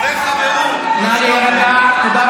ירדנה, תזכרי